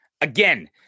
again